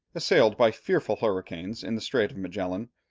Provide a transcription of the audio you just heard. assailed by fearful hurricanes in the strait of magellan,